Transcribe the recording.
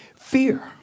Fear